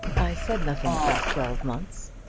i said nothing about twelve months.